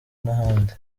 n’ahandi